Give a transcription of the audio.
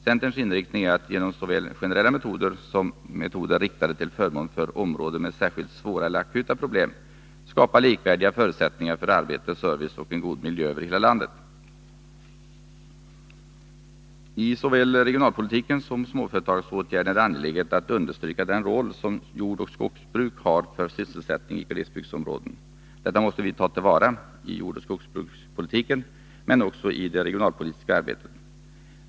Centerns inriktning är att genom såväl generella metoder som metoder riktade till förmån för områden med särskilt svåra eller akuta problem skapa likvärdiga förutsättningar för arbete, service och en god miljö över hela landet. I fråga om såväl regionalpolitiken som småföretagsåtgärderna är det angeläget att understryka den roll som jordoch skogsbruk har för sysselsättningen i glesbygdsområden. Detta måste vi ta till vara i jordoch skogsbrukspolitiken men också i det regionalpolitiska stödet.